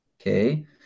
okay